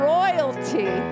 royalty